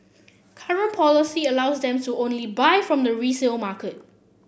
current policy allows them to only buy from the resale